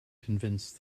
convince